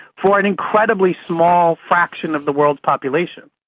for an incredibly small fraction of the world's population.